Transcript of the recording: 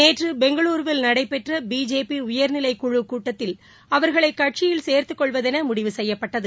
நேற்றுபெங்களுருவில் நடைபெற்றபிஜேபிஉயா்நிலைக் குழுக் கூட்டத்தில் அவாகளைகட்சியில் சேர்த்துக் கொள்வதெனமுடிவு செய்யப்பட்டது